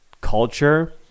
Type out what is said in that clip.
culture